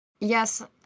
yes